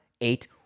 eight